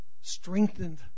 Strengthened